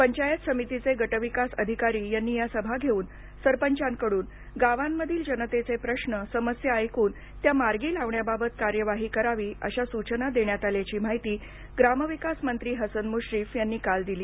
पंचायत समितीचे गटविकास अधिकारी यांनी या सभा घेऊन सरपंचाकडून गावामधील जनतेचे प्रश्न समस्या ऐकून त्या मार्गी लावण्याबाबत कार्यवाही करावी अशा सूचना देण्यात आल्याची माहिती ग्रामविकास मंत्री हसन मुश्रीफ यांनी काल दिली